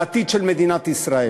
לעתיד של מדינת ישראל.